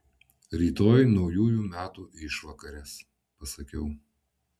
rytoj naujųjų metų išvakarės pasakiau